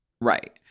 Right